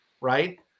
right